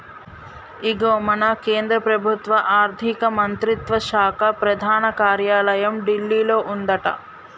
ఇగో మన కేంద్ర ప్రభుత్వ ఆర్థిక మంత్రిత్వ శాఖ ప్రధాన కార్యాలయం ఢిల్లీలో ఉందట